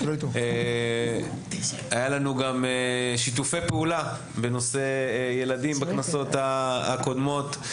היו לנו גם שיתופי פעולה בנושא ילדים בכנסות הקודמות.